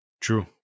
True